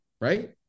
right